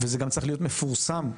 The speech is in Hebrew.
וזה גם צריך להיות מפורסם גם,